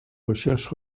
recherches